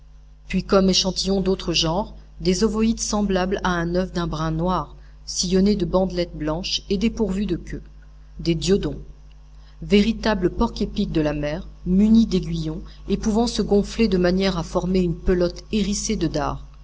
puis comme échantillons d'autres genres des ovoïdes semblables à un oeuf d'un brun noir sillonnés de bandelettes blanches et dépourvus de queue des diodons véritables porcs épics de la mer munis d'aiguillons et pouvant se gonfler de manière à former une pelote hérissée de dards